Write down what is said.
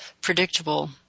predictable